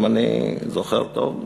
אם אני זוכר טוב,